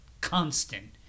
constant